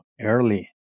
early